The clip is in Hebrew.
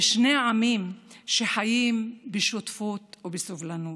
ושני עמים שחיים בשותפות ובסובלנות.